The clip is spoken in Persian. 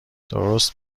درست